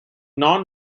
non